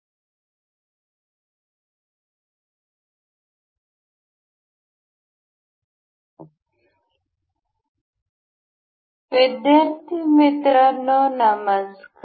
विद्यार्थी मित्रांनो नमस्कार